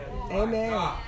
Amen